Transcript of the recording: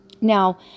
Now